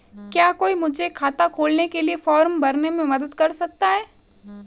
क्या कोई मुझे खाता खोलने के लिए फॉर्म भरने में मदद कर सकता है?